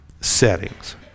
settings